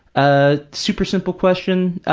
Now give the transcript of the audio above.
a super-simple question,